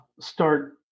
start